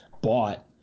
bought